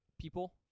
people